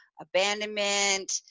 abandonment